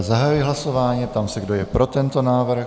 Zahajuji hlasování a ptám se, kdo je pro tento návrh?